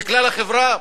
לכלל החברה?